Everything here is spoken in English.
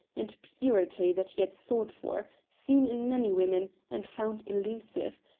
and purity that he had sought for, seen in many women, and found elusive,